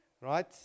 right